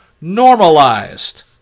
normalized